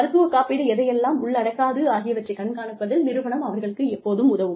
மருத்துவ காப்பீடு எதையெல்லாம் உள்ளடக்காது ஆகியவற்றைக் கண்காணிப்பதில் நிறுவனம் அவர்களுக்கு எப்போதும் உதவும்